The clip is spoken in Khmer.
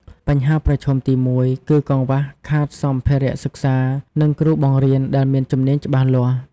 បញ្ហាប្រឈមទី១ គឺកង្វះខាតសម្ភារៈសិក្សានិងគ្រូបង្រៀនដែលមានជំនាញច្បាស់លាស់។